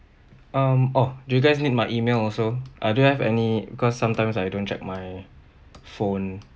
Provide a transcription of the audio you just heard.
um orh do you guys need my E-mail also I don't have any because sometimes I don't check my phone